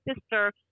sister